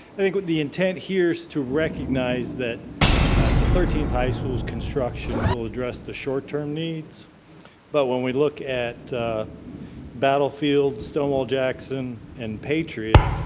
i think what the intent here is to recognize that the thirteenth high school's construction will address the short term needs but when we look at battlefield, stonewall jackson, and patriot,